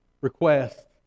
request